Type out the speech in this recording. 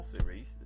series